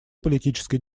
политической